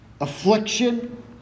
affliction